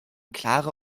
klare